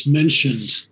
mentioned